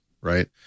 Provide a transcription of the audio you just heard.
right